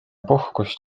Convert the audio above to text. puhkust